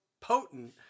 potent